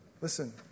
Listen